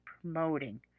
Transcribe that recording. promoting